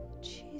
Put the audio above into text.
Jesus